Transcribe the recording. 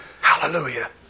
Hallelujah